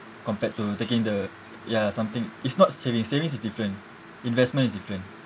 compared to taking the ya something it's not savings savings is different investment is different